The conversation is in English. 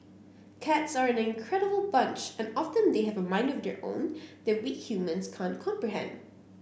cats are an incredible bunch and often they have a mind of their own that we humans can't comprehend